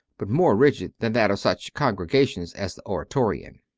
but more rigid than that of such congregations as oratorian.